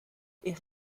est